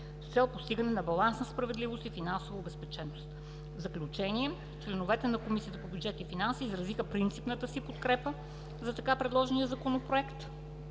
с цел постигане на баланс на справедливост и финансова обезпеченост. В заключение членовете на Комисията по бюджет и финанси изразиха принципната си подкрепа за така предложения Законопроект